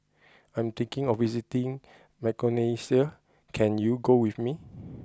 I'm thinking of visiting Micronesia can you go with me